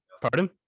pardon